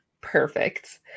perfect